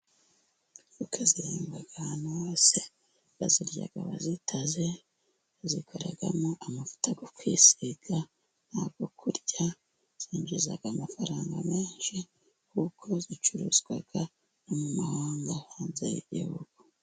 Voka zihingwa ahantu hose , bazirya bazitaze bazikoraramo amavuta yo kwisiga n'ayo kurya, zinjiza amafaranga menshi kuko zicuruzwa no mu mahanga hanze y'igihugu